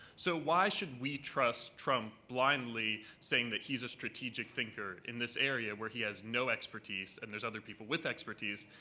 so why should we trust trump blindly, saying that he's a strategic thinker in this area where he has no expertise, and there's other people with expertise,